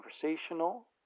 conversational